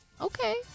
okay